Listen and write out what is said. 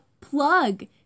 plug